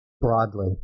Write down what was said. broadly